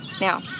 Now